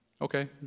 okay